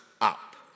up